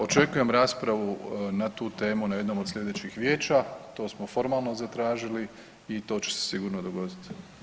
Očekujem raspravu na tu temu na jednom od sljedećih vijeća, to smo formalno zatražili i to će se sigurno dogoditi.